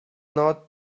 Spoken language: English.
not